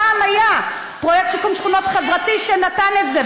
פעם היה פרויקט שיקום שכונות חברתי שנתן את זה.